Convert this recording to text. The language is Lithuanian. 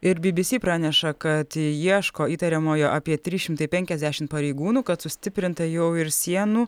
ir by by sy praneša kad ieško įtariamojo apie trys šimtai penkiasdešimt pareigūnų kad sustiprinta jau ir sienų